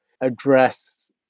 address